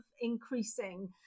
increasing